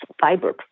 fiber